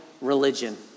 religion